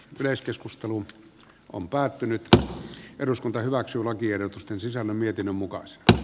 yleiskeskustelu on päättynyt tai eduskunta hyväksyy lakiehdotusten sisällön mietinnön mukaisesti